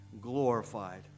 glorified